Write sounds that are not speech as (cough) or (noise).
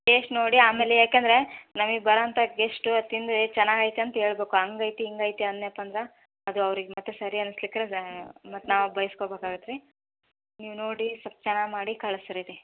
taste ನೋಡಿ ಆಮೇಲೆ ಯಾಕಂದರೆ ನಮಗ್ ಬರೋಂಥ ಗೆಷ್ಟು ಅದು ತಿಂದು ಏ ಚೆನ್ನಾಗೈತೆ ಅಂತ ಹೇಳ್ಬೇಕು ಹಂಗೈತಿ ಹಿಂಗೈತಿ ಅಂದೆನಪ್ಪ ಅಂದ್ರೆ ಅದು ಅವ್ರಿಗೆ ಮತ್ತು ಸರಿ ಅನ್ಸ್ಲಿಕ್ಕೆ (unintelligible) ಮತ್ತು ನಾವು ಬೈಸ್ಕೊಬೇಕಾಗತ್ತೆ ರೀ ನೀವು ನೋಡಿ ಸ್ವಲ್ಪ ಚೆನ್ನಾಗಿ ಮಾಡಿ ಕಳ್ಸಿರಿ ರೀ